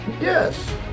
Yes